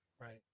right